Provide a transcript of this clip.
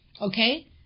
okay